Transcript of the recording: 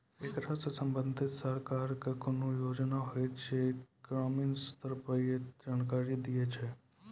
ऐकरा सऽ संबंधित सरकारक कूनू योजना होवे जे ग्रामीण स्तर पर ये तऽ जानकारी दियो?